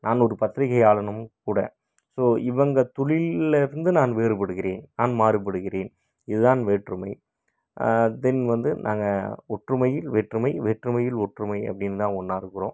நான் ஒரு பத்திரிக்கையானும் கூட ஸோ இவங்க தொழில்லிருந்து நான் வேறுபடுகிறேன் அண்ட் மாறுபடுகிறேன் இதுதான் வேற்றுமை தென் வந்து நாங்கள் ஒற்றுமையில் வேற்றுமை வேற்றுமையில் ஒற்றுமை அப்படின்னுதான் ஒன்றாருக்குறோம்